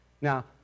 Now